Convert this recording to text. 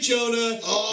Jonah